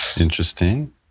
Interesting